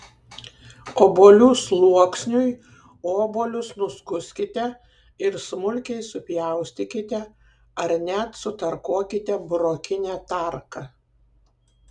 obuolių sluoksniui obuolius nuskuskite ir smulkiai supjaustykite ar net sutarkuokite burokine tarka